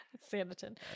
Sanditon